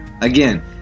Again